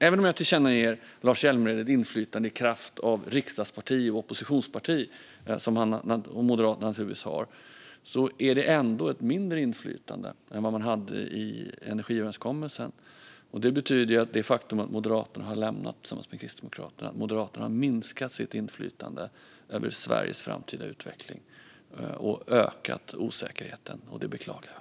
Även om jag tillerkänner Moderaterna inflytande i kraft av riksdagsparti och oppositionsparti är det ändå ett mindre inflytande än vad man hade i energiöverenskommelsen. Genom att lämna överenskommelsen har Moderaterna, och Kristdemokraterna, de facto minskat sitt inflytande över Sveriges framtida utveckling och ökat osäkerheten. Det beklagar jag.